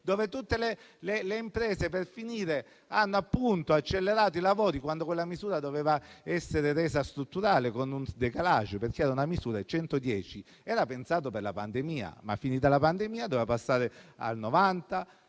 dove tutte le imprese per finire hanno accelerato i lavori, quando quella misura doveva essere resa strutturale con un *décalage*. La misura del 110 per cento era infatti pensata per la pandemia, ma finita la pandemia doveva passare al 90